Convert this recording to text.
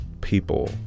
people